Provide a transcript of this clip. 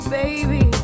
baby